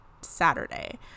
Saturday